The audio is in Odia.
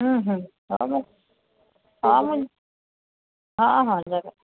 ହୁଁ ହୁଁ ହଉ ମୁଁ ହଉ ମୁଁ ହଁ ହଁ ରଖ